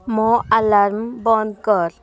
ମୋ ଆଲାର୍ମ୍ ବନ୍ଦ କର